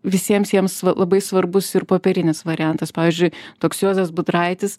visiems jiems labai svarbus ir popierinis variantas pavyzdžiui toks juozas budraitis